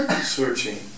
searching